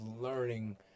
learning